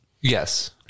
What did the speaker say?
yes